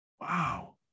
wow